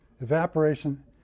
evaporation